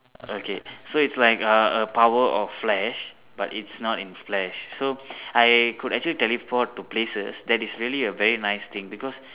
okay so its like uh a power of flash but its not in flash so I could actually teleport to places that is really a very nice thing because